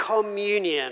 communion